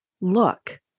look